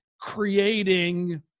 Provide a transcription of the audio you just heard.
creating